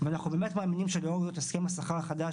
ואנחנו באמת מאמינים --- הסכם השכר החדש